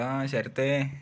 ആ ശരത്തേ